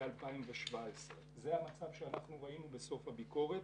2017. זה המצב שאנחנו ראינו בסוף הביקורת.